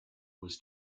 was